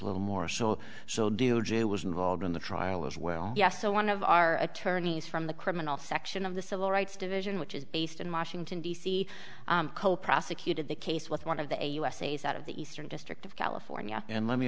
little more so so d o j was involved in the trial as well yes so one of our attorneys from the criminal section of the civil rights division which is based in washington d c prosecuted the case with one of the usas out of the eastern district of california and let me